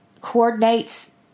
coordinates